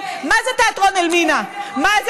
אין חוק.